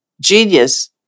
Genius